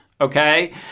Okay